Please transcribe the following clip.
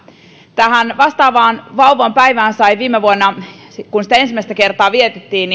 tähän vastaavaan vauvan päivään sain viime vuonna osallistua kun sitä ensimmäistä kertaa vietettiin